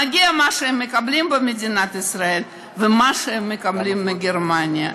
מגיע מה שהם מקבלים במדינת ישראל ומה שהם מקבלים מגרמניה.